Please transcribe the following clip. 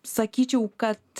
sakyčiau kad